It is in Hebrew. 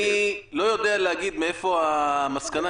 אני לא יודע להגיע מאיפה המסקנה.